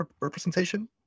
representation